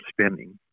spending